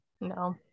No